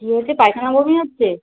কী হয়েছে পায়খানা বমি হচ্ছে